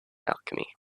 alchemy